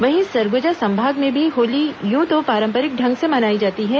वहीं सरगुजा संभाग में भी होली यू तो पारंपरिक ढंग से मनाई जाती है